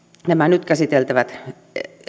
nämä nyt käsiteltävät